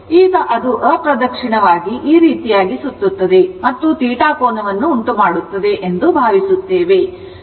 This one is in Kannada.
ಈಗ ಅದು ಅಪ್ರದಕ್ಷಿಣವಾಗಿ ಈ ರೀತಿಯಾಗಿ ಸುತ್ತುತ್ತದೆ ಮತ್ತು θ ಕೋನವನ್ನು ಉಂಟುಮಾಡುತ್ತದೆ ಎಂದು ಭಾವಿಸುತ್ತೇವೆ